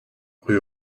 rue